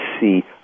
see